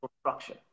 structure